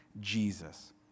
Jesus